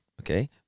okay